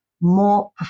more